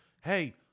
Hey